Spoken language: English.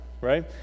Right